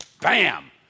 bam